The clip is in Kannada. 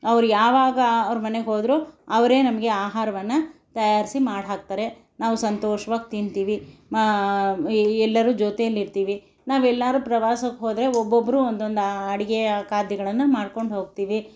ಅವರು ಯಾವಾಗ ಅವ್ರ ಮನೆಗೆ ಹೋದ್ರೂ ಅವರೇ ನಮಗೆ ಆಹಾರವನ್ನು ತಯಾರಿಸಿ ಮಾಡಿ ಹಾಕ್ತಾರೆ ನಾವು ಸಂತೋಷ್ವಾಗಿ ತಿಂತೀವಿ ಮ ಎಲ್ಲರೂ ಜೊತೆಯಲ್ಲಿರ್ತೀವಿ ನಾವೆಲ್ಲರೂ ಪ್ರವಾಸಕ್ಕೆ ಹೋದರೆ ಒಬ್ಬೊಬ್ಬರೂ ಒಂದೊಂದು ಅಡುಗೆ ಖಾದ್ಯಗಳನ್ನು ಮಾಡ್ಕೊಂಡು ಹೋಗ್ತೀವಿ